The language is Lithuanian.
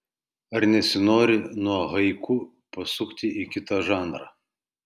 ar nesinori nuo haiku pasukti į kitą žanrą